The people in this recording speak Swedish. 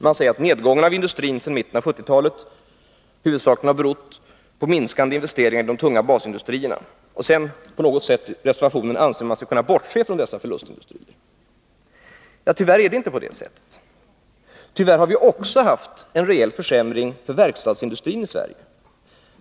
De säger att nedgången i industrin sedan mitten av 1970-talet huvudsakligen har berott på minskade investeringar i de tunga basindustrierna. På något sätt anser de sig sedan i reservationen kunna bortse från dessa förlustindustrier. Tyvärr är det inte på det sättet. Tyvärr har vi också haft en rejäl försämring Nr 52 för verkstadsindustrin i Sverige.